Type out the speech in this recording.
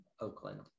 Oakland